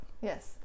Yes